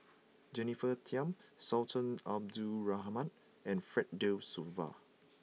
Jennifer Tham Sultan Abdul Rahman and Fred De Souza